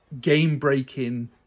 game-breaking